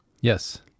yes